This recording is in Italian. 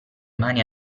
mani